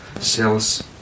cells